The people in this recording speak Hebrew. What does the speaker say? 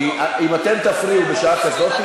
כי אם אתם תפריעו בשעה כזאת,